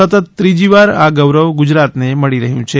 સતત ત્રીજીવાર આ ગૌરવ ગુજરાત ને મળી રહ્યું છે